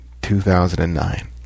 2009